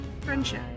Friendship